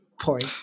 Point